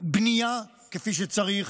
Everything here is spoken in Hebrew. בהם בנייה כפי שצריך.